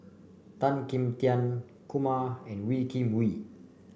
Tan Kim Tian Kumar and Wee Kim Wee